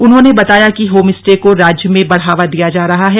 उन्होंने बताया कि होम स्टे को राज्य में बढ़ावा दिया जा रहा है